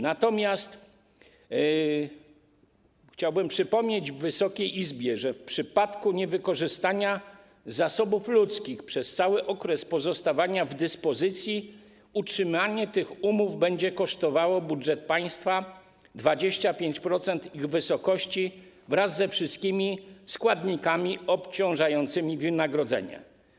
Natomiast chciałbym przypomnieć Wysokiej Izbie, że w przypadku niewykorzystania zasobów ludzkich przez cały okres pozostawania w dyspozycji utrzymanie umów będzie kosztowało budżet państwa 25% ich wysokości wraz ze wszystkimi składnikami obciążającymi wynagrodzenie.